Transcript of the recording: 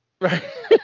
right